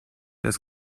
das